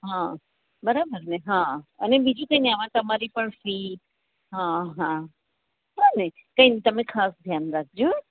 હ બરાબર ને હા અને બીજું કંઈ નહીં આમાં તમારી પણ ફી હહ કંઈ હોને નહીં તમે ખાસ ધ્યાન રાખજો